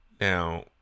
Now